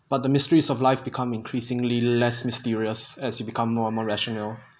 but the mysteries of life become increasingly less mysterious as you become more and more rational